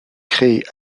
créée